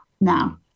now